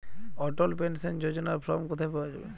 অটল pension যোজনার form কোথায় পাওয়া যাবে?